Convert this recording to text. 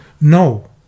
No